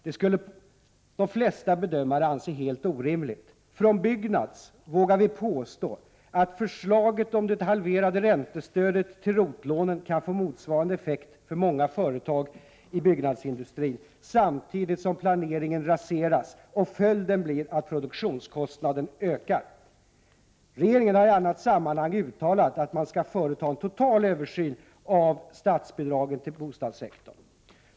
Det skulle de flesta bedömare anse helt orimligt. Från Byggnads vågar vi påstå, att förslaget om det halverade räntestödet till ROT-lånen kan få motsvarande effekt för många företag i byggnadsindustrin, samtidigt som planeringen raseras och följden blir att produktionskostnaden ökar. Regeringen har i annat sammanhang uttalat att man ska företa en total översyn av statsbidragen till bostadssektorn.